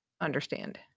understand